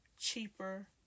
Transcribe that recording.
cheaper